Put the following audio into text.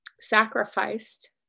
sacrificed